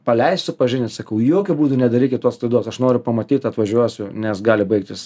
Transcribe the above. paleist supažindint sakau jokiu būdu nedarykit tos klaidos aš noriu pamatyt atvažiuosiu nes gali baigtis